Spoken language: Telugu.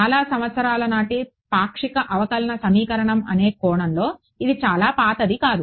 చాలా సంవత్సరాల నాటి పాక్షిక అవకలన సమీకరణం అనే కోణంలో ఇది చాలా పాతది కాదు